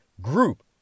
group